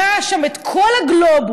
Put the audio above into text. ראה שם את כל הגלובוס,